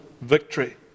victory